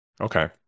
okay